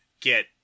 get